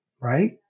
right